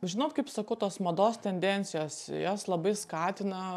žinot kaip sakau tos mados tendencijos jas labai skatina